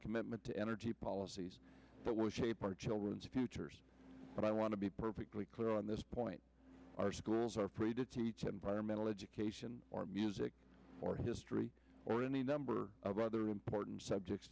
commitment to energy policies that will shape our children's futures but i want to be perfectly clear on this point our schools are free to teach environmental education or music or history or any number of other important subjects